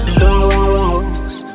lose